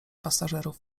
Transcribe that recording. pasażerów